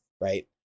right